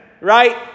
right